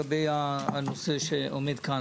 אני ביקשתי גם על מחזור,